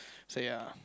so ya